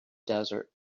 desert